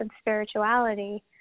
spirituality